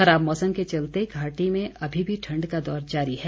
खराब मौसम के चलते घाटी में अभी भी ठण्ड का दौर जारी है